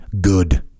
good